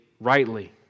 rightly